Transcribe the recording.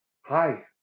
Hi